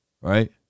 Right